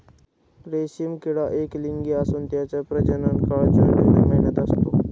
रेशीम किडा एकलिंगी असून त्याचा प्रजनन काळ जून जुलै महिन्यात असतो